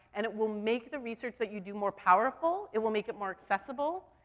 and it will make the research that you do more powerful, it will make it more accessible,